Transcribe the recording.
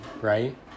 right